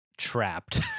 trapped